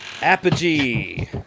Apogee